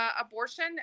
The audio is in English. abortion